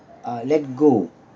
uh let go